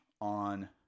on